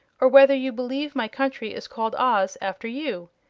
or whether you believe my country is called oz after you.